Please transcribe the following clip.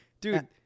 dude